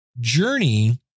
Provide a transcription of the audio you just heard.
Journey